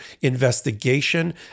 investigation